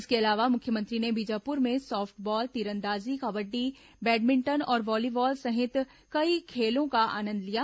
इसके अलावा मुख्यमंत्री ने बीजापुर में सॉफ्टबॉल तीरंदाजी कबड्डी बैडमिंटन और व्हालीबॉल सहित कई खेलों का आनंद लिया